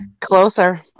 Closer